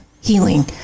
healing